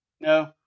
No